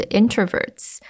introverts